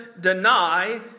deny